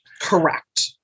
Correct